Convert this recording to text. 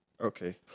Okay